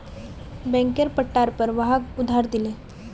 बैंकेर पट्टार पर वहाक उधार दिले